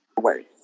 words